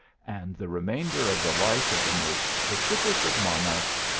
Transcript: and the remainder of the life of the most pacific of mon archs,